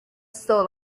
soul